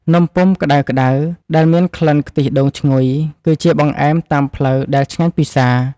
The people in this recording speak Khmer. នំពុម្ពក្តៅៗដែលមានក្លិនខ្ទិះដូងឈ្ងុយ គឺជាបង្អែមតាមផ្លូវដែលឆ្ងាញ់ពិសា។